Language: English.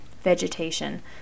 vegetation